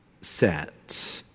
set